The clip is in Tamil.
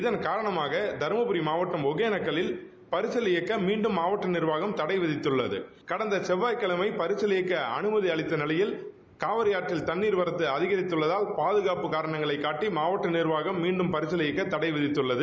இதன்காரணமாக தர்மபுரி மாவட்டம் ஒகேனக்கல்லில் பரிசல் இயக்க மீண்டும் மாவட்ட நிர்வாகம் தடை விதித்துள்ளது கடந்த செவ்வாய்கிழமை பரிசல் இயக்க அனுமதி அளித்த நிலையில் காவிரி ஆற்றில் தண்ணீர் வரத்து அதிகரித்துள்ளதால் பாதுகாப்பு காரணங்களை காட்டி மாவட்ட நிர்வாகம் மீண்டும் பரிசல் இயக்க தடைவித்துள்ளது